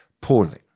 poorly